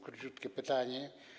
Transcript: Króciutkie pytanie.